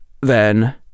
Then